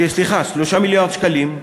סליחה, 3 מיליארד שקלים.